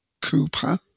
Cooper